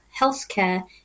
healthcare